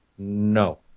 No